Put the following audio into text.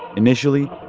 initially,